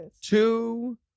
two